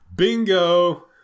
Bingo